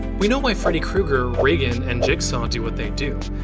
we know why freddy kreuger, regan, and jigsaw do what they do.